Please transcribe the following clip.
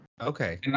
Okay